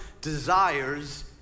desires